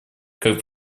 как